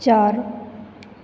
चार